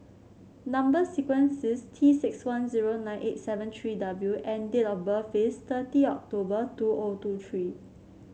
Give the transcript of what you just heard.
number sequence is T six one zero nine eight seven three W and date of birth is thirty October two O two three